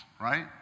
right